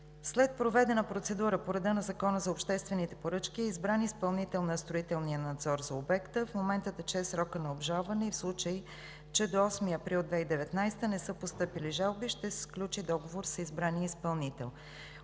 След проведена процедура по реда на Закона за обществените поръчки е избран изпълнител на строителния надзор за обекта. В момента тече срокът на обжалване и в случай, че до 8 април 2019 г. не са постъпили жалби, ще се сключи договор с избрания изпълнител.